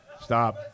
Stop